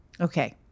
Okay